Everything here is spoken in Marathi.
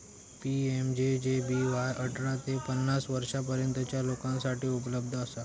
पी.एम.जे.जे.बी.वाय अठरा ते पन्नास वर्षांपर्यंतच्या लोकांसाठी उपलब्ध असा